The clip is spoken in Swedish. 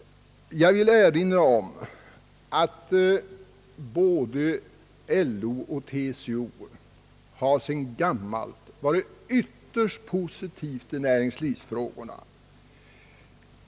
Jag vill erinra om att både LO och TCO sedan gammalt har varit synnerligen positiva i näringslivsfrågorna.